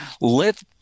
Let